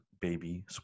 baby